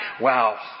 Wow